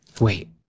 Wait